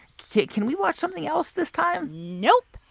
can we watch something else this time? nope.